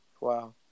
wow